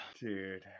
Dude